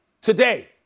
today